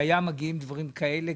כשהיו מגיעים דברים כאלה,